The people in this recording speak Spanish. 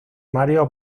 mario